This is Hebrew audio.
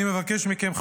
אני מבקש מכם,